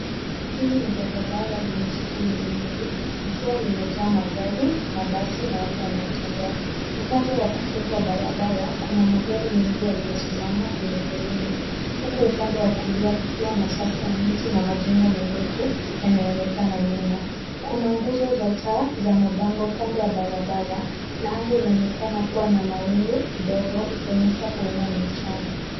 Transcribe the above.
Hili ni barabara lenye shughuli nyingi, ikiwa limejaa magari, mabasi na watu wanaotembea. Upande wa kushoto wa barabara kuna magari mengi yaliyosimama kwenye foleni huku upande wa kulia kukiwa na safu ya miti na majengo marefu yanayoonekana nyuma. Kuna nguzo za taa za mabango kando ya barabara na anga inaonekana kuwa na mawingu kidogo ikionyesha huenda ni mchana.